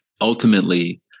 ultimately